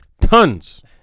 tons